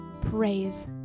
praise